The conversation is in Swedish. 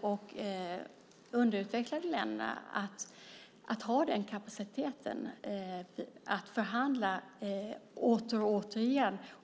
och underutvecklade länderna att ha den kapaciteten att förhandla åter och åter igen.